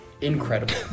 incredible